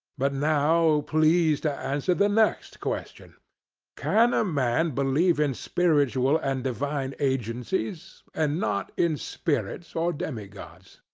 but now please to answer the next question can a man believe in spiritual and divine agencies, and not in spirits or demigods?